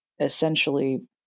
essentially